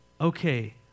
okay